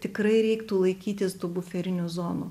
tikrai reiktų laikytis tų buferinių zonų